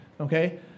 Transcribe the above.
Okay